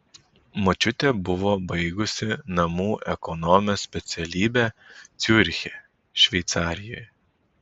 močiutė buvo baigusi namų ekonomės specialybę ciuriche šveicarijoje